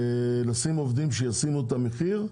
לשים עובדים שישימו את המחיר,